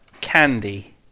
Candy